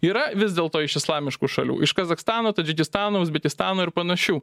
yra vis dėlto iš islamiškų šalių iš kazachstano tadžikistano uzbekistano ir panašių